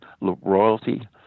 royalty